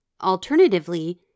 Alternatively